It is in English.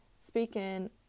speaking